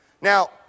Now